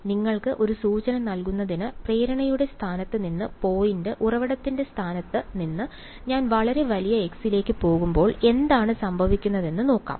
അതിനാൽ നിങ്ങൾക്ക് ഒരു സൂചന നൽകുന്നതിന് പ്രേരണയുടെ സ്ഥാനത്ത് നിന്ന് പോയിന്റ് ഉറവിടത്തിന്റെ സ്ഥാനത്ത് നിന്ന് ഞാൻ വളരെ വലിയ x ലേക്ക് പോകുമ്പോൾ എന്താണ് സംഭവിക്കുന്നതെന്ന് നോക്കാം